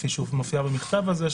כפי שהוא מופיע במכתב הזה,